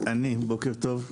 בוקר טוב.